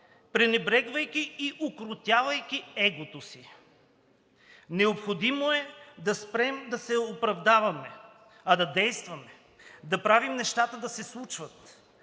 пренебрегвайки и укротявайки егото си. Необходимо е да спрем да се оправдаваме, а да действаме. Да правим нещата да се случват